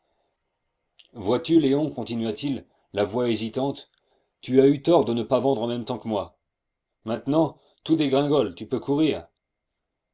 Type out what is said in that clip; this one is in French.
vois-tu léon continua-t-il la voix hésitante tu as eu tort de ne pas vendre en même temps que moi maintenant tout dégringole tu peux courir